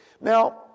Now